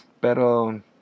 Pero